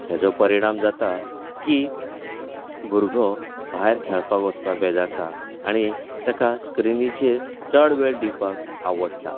हाजो परिणाम जाता की भुरगो भायर खेळपाक वचपाक बेजारता आनी ताका स्क्रिनीचेर चड वेळ दिवपाक आवडटा